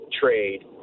trade